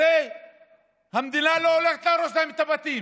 הרי המדינה לא הולכת להרוס להם את הבתים,